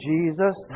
Jesus